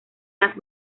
las